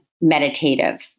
meditative